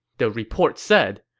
the report said,